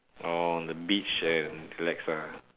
orh on the beach and relax lah